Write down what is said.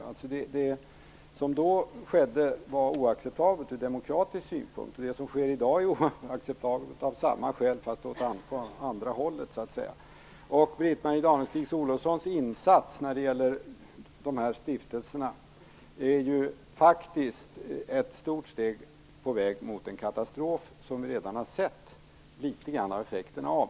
Det som då skedde var oacceptabelt ur demokratisk synpunkt, och det som sker i dag är oacceptabelt av samma skäl men så att säga åt andra hållet. Britt-Marie Danestig-Olofssons insats när det gäller de här stiftelserna är faktiskt ett stort steg på väg mot en katastrof, som vi redan litet grand har sett effekterna av.